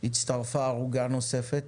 הצטרפה הרוגה נוספת.